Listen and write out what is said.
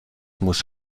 muss